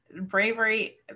bravery